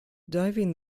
diving